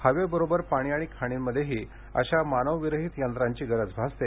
हवेबरोबर पाणी आणि खाणींमध्येही अशा मानव विरहित यंत्रांची गरज भासते